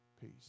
peace